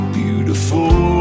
beautiful